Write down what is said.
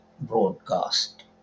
broadcast